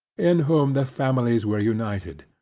in whom the families were united.